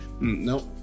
Nope